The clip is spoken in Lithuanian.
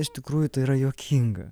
iš tikrųjų tai yra juokinga